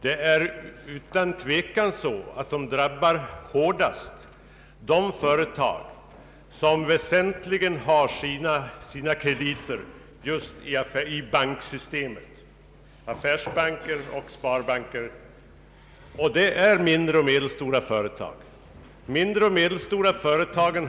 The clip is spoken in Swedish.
Det är utan tvekan så att restriktionerna hårdast går ut över de företag som väsentligen har sina krediter i bankerna. Det är de mindre och medelstora företagen.